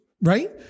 right